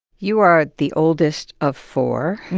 you are the oldest of four.